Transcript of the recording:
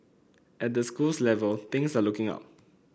at the schools level things are looking up